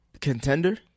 contender